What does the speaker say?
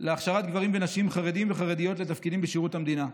להכשרת גברים ונשים חרדים וחרדיות לתפקידים בשירות המדינה.